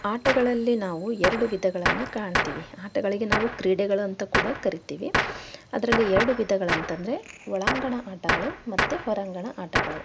ಆಟಗಳಲ್ಲಿ ನಾವು ಎರಡು ವಿಧಗಳನ್ನು ಕಾಣ್ತೀವಿ ಆಟಗಳಿಗೆ ನಾವು ಕ್ರೀಡೆಗಳಂತ ಕೂಡ ಕರಿತೀವಿ ಅದರಲ್ಲಿ ಎರಡು ವಿಧಗಳಂತಂದರೆ ಒಳಾಂಗಣ ಆಟಗಳು ಮತ್ತೆ ಹೊರಾಂಗಣ ಆಟಗಳು